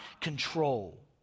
control